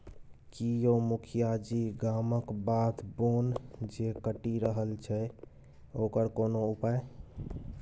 की यौ मुखिया जी गामक बाध बोन जे कटि रहल छै ओकर कोनो उपाय